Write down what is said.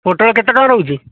ପୋଟଳ କେତେ ଟଙ୍କା ରହୁଛି